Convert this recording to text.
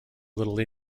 little